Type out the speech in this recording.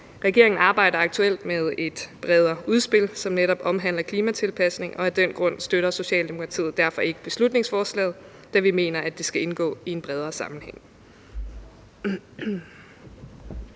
Regeringen arbejder aktuelt med et bredere udspil, som netop omhandler klimatilpasning, og af den grund støtter Socialdemokratiet derfor ikke beslutningsforslaget, da vi mener, at det skal indgå i en bredere sammenhæng.